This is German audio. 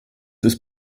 ist